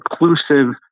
inclusive